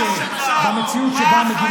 מה החייל